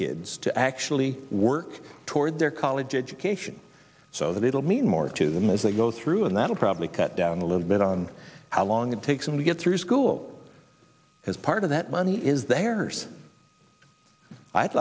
kids to actually work toward their college education so that it'll mean more to them as they go through and that'll probably cut down a little bit on how long it takes them to get through school as part of that money is there's i'd